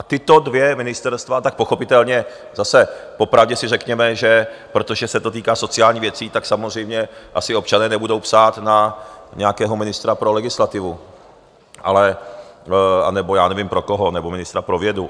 Tato dvě ministerstva tak pochopitelně zase popravdě si řekněme, že protože se to týká sociálních věcí, tak samozřejmě asi občané nebudou psát na nějakého ministra pro legislativu nebo nevím pro koho, ministra pro vědu.